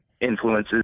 influences